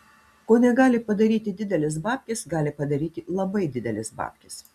ko negali padaryti didelės babkės gali padaryti labai didelės babkės